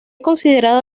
considerado